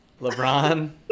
LeBron